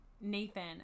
Nathan